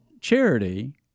charity